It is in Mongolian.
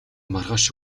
маргааш